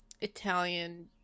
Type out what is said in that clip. Italian